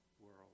world